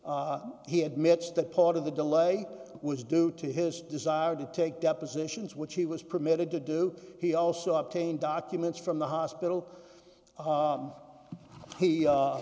days he admits that part of the delay was due to his desire to take depositions which he was permitted to do he also obtained documents from the hospital